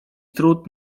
trud